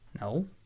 no